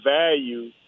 value